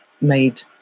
made